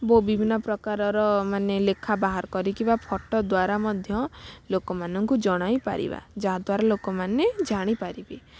ବୋ ବିଭିନ୍ନ ପ୍ରକାରର ମାନେ ଲେଖା ବାହାର କରିକି ବା ଫଟୋ ଦ୍ୱାରା ମଧ୍ୟ ଲୋକମାନଙ୍କୁ ଜଣାଇ ପାରିବା ଯାହା ଦ୍ୱାରା ଲୋକମାନେ ଜାଣିପାରିବେ